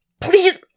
Please